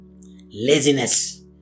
Laziness